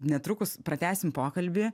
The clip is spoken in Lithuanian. netrukus pratęsim pokalbį